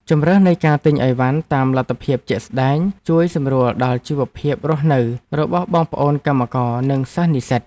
ជម្រើសនៃការទិញអីវ៉ាន់តាមលទ្ធភាពជាក់ស្ដែងជួយសម្រួលដល់ជីវភាពរស់នៅរបស់បងប្អូនកម្មករនិងសិស្សនិស្សិត។